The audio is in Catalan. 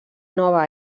nova